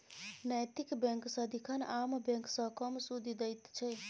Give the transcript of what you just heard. नैतिक बैंक सदिखन आम बैंक सँ कम सुदि दैत छै